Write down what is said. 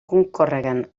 concórreguen